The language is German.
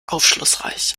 aufschlussreich